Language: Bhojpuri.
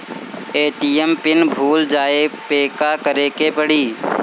ए.टी.एम पिन भूल जाए पे का करे के पड़ी?